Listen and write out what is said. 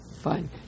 Fine